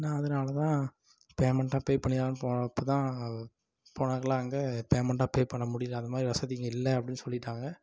நான் அதனாலதான் பேமெண்டாக பே பண்ணிடலான்னு போனப்போதான் போனக்குள்ளே அங்கே பேமெண்டாக பே பண்ண முடியல அதே மாதிரி வசதி இங்கே இல்லை அப்படின்னு சொல்லிவிட்டாங்க